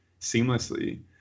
seamlessly